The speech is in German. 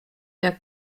der